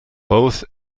both